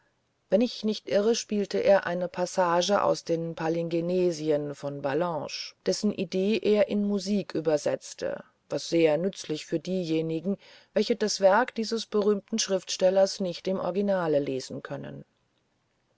wenn ich nicht irre spielte er eine passage aus den palingenesien von ballanche dessen ideen er in musik übersetzte was sehr nützlich für diejenigen welche die werke dieses berühmten schriftstellers nicht im originale lesen können